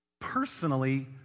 personally